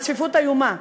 והצפיפות איומה,